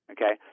Okay